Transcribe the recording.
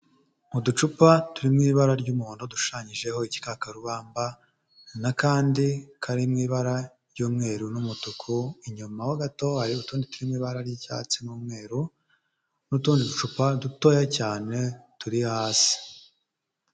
Uducupa turi mu ibara ry'umuhondo dushushanyijeho igikakarubamba n'akandi kari mu ibara ry'umweru n'umutuku, inyuma ho gato hari utundi turi mu ibara ry'icyatsi n'umweru n'utundi ducupa dutoya cyane turi hasi.